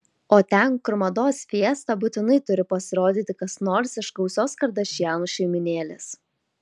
o ten kur mados fiesta būtinai turi pasirodyti kas nors iš gausios kardašianų šeimynėlės